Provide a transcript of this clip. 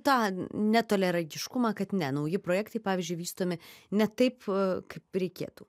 tą netoliaregiškumą kad ne nauji projektai pavyzdžiui vystomi ne taip kaip reikėtų